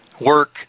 work